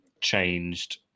changed